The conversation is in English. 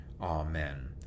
Amen